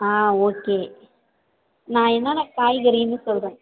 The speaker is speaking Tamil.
ஆ ஓகே நான் என்னான்ன காய்கறின்னு சொல்லுறேன்